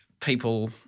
people